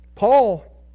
Paul